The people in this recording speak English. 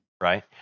right